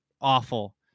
awful